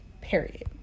period